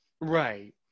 Right